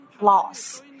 loss